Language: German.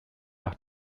nach